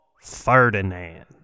Ferdinand